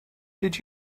did